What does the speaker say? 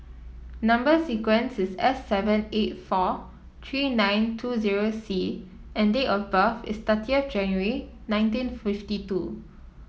number sequence is S seven eight four three nine two zero C and date of birth is thirtieth January nineteen fifty two